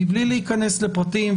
מבלי להיכנס לפרטים,